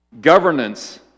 governance